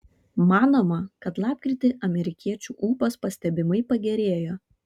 manoma kad lapkritį amerikiečių ūpas pastebimai pagerėjo